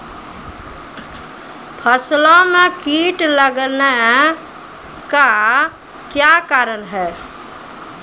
फसलो मे कीट लगने का क्या कारण है?